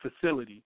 facility